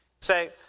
Say